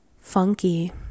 funky